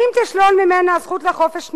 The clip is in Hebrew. האם תשלול ממנה את הזכות לחופש תנועה?